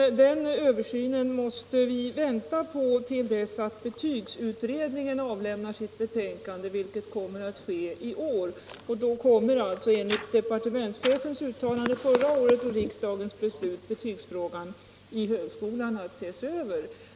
Den översynen måste vi dock vänta på till dess att betygsutredningen avlämnar sitt betänkande, vilket kommer att ske i år. Då kommer alltså, enligt departementschefens uttalande förra året och riksdagens beslut, betygsfrågan vid högskolan att ses över.